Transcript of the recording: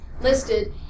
listed